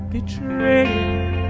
Betrayed